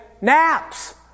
naps